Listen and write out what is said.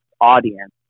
audience